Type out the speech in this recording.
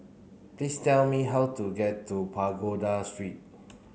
please tell me how to get to Pagoda Street